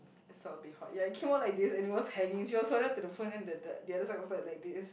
so be hot ya it came off like this and it was hanging she was holding to the phone then the the the other side was like like this